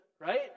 right